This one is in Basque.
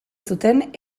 zuten